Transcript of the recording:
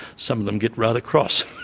some of them get rather cross.